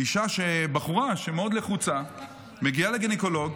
בחורה מאוד לחוצה מגיעה לגניקולוג,